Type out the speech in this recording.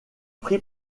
prix